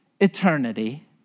eternity